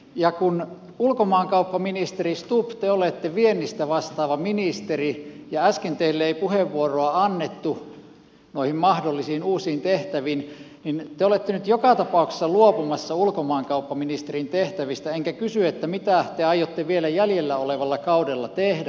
ja kun ulkomaankauppaministeri stubb te olette viennistä vastaava ministeri ja äsken teille ei puheenvuoroa annettu noihin mahdollisiin uusiin tehtäviin niin te olette nyt joka tapauksessa luopumassa ulkomaankauppaministerin tehtävistä enkä kysy mitä te aiotte vielä jäljellä olevalla kaudella tehdä